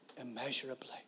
immeasurably